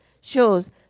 shows